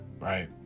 Right